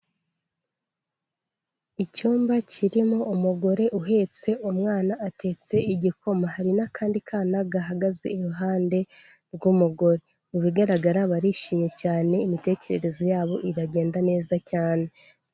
Icyumba kirimo umugore uhetse umwana, atetse igikoma, hari n'akandi kana gahagaze iruhande rw'umugore, mu bigaragara barishimye cyane imitekerereze yabo iragenda neza cyane.